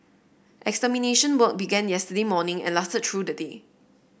extermination work began yesterday morning and lasted through the day